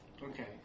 Okay